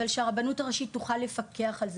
אבל שהרבנות הראשית תוכל לפקח על זה,